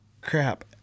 crap